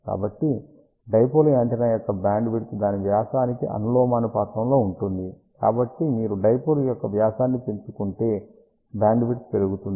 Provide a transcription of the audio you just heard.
కాబట్టి dipole antenna యొక్క bandwidth దాని వ్యాసానికి అనులోమానుపాతంలో ఉంటుంది కాబట్టి మీరు డైపోల్ యొక్క వ్యాసాన్ని పెంచుకుంటే బ్యాండ్విడ్త్ పెరుగుతుంది